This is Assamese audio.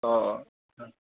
অঁ অঁ হয়